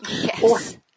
Yes